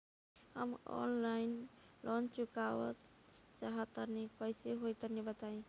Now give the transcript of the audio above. हम online loan चुकावल चाहऽ तनि कइसे होई तनि बताई?